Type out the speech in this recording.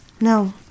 No